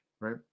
Right